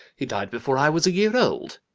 he died before i was a year old.